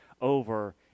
over